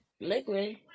liquid